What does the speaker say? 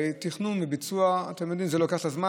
תכנון וביצוע, אתם יודעים, זה לוקח את הזמן.